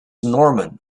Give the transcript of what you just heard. norman